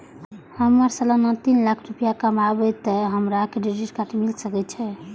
हमर सालाना तीन लाख रुपए कमाबे ते हमरा क्रेडिट कार्ड मिल सके छे?